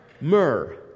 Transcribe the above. myrrh